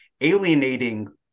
alienating